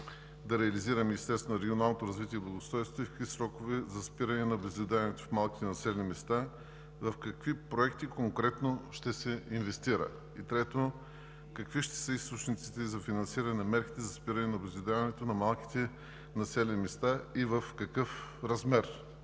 да реализира Министерството на регионалното развитие и благоустройството и в какви срокове за спиране на обезлюдяването в малките населени места? В какви проекти конкретно ще се инвестира? И трето, какви ще са източниците за финансиране на мерките за спиране на обезлюдяването на малките населени места и в какъв размер?